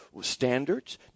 standards